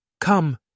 Come